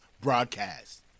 broadcast